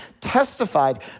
testified